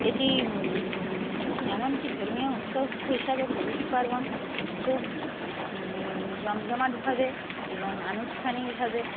এটি এমনকি ধর্মীয় উৎসব হিসাবে পৌষ পার্বণ খুব জমজমাটভাবে এবং আনুষ্ঠানিকভাবে